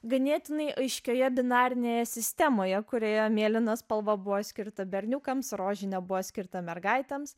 ganėtinai aiškioje dinarinėje sistemoje kurioje mėlyna spalva buvo skirta berniukams rožinė buvo skirta mergaitėms